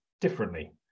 differently